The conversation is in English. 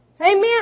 Amen